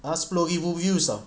us sepuluh ribu views [tau]